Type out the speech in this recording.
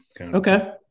okay